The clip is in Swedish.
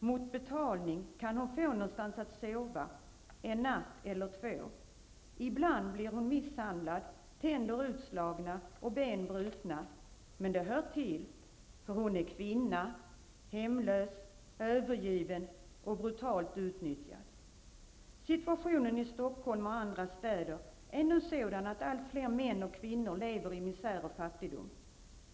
Mot `betalning' kan hon få någonstans att sova, en natt eller två. Ibland blir hon misshandlad; tänder utslagna och ben brutna. Men det hör till. För hon är kvinna. Hemlös, övergiven och brutalt utnyttjad.'' Situationen i Stockholm och andra städer är nu sådan att allt fler män och kvinnor lever i misär och fattigdom.